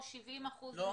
לא.